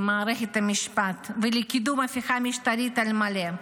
מערכת המשפט ולקידום הפיכה משטרית על מלא.